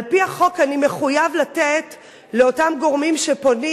על-פי החוק אני מחויב לתת לאותם גורמים שפונים